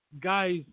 Guys